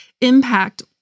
impact